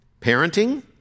Parenting